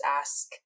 ask